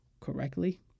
correctly